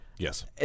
Yes